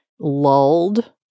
lulled